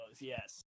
yes